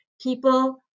People